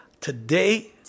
today